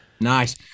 Nice